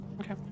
okay